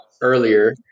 earlier